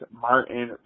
Martin